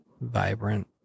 vibrant